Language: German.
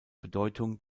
bedeutung